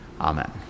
Amen